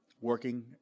working